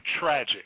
tragic